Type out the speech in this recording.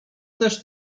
też